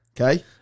Okay